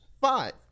five